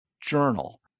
journal